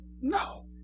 No